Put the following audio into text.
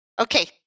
okay